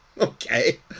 Okay